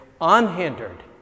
unhindered